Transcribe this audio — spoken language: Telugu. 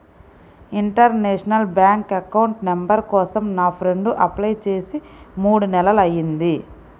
ఇంటర్నేషనల్ బ్యాంక్ అకౌంట్ నంబర్ కోసం నా ఫ్రెండు అప్లై చేసి మూడు నెలలయ్యింది